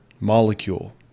molecule